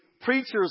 preachers